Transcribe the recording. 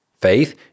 Faith